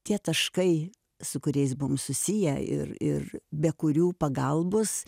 tie taškai su kuriais buvom susiję ir ir be kurių pagalbos